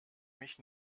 mich